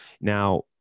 Now